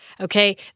Okay